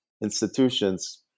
institutions